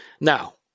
Now